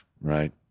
right